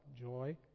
joy